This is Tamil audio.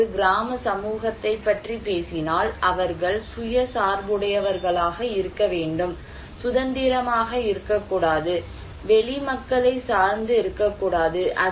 நாம் ஒரு கிராம சமூகத்தைப் பற்றி பேசினால் அவர்கள் சுய சார்புடையவர்களாக இருக்க வேண்டும் சுதந்திரமாக இருக்கக்கூடாது வெளி மக்களைச் சார்ந்து இருக்கக்கூடாது